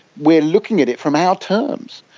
we are looking at it from our terms,